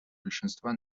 большинства